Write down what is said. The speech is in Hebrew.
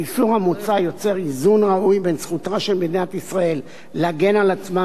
האיסור המוצע יוצר איזון ראוי בין זכותה של מדינת ישראל להגן על עצמה